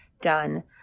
done